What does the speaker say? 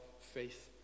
faith